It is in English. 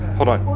hold on.